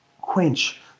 Quench